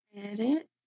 Edit